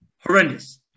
horrendous